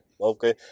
okay